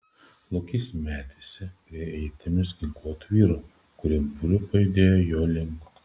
lokys metėsi prie ietimis ginkluotų vyrų kurie būriu pajudėjo jo link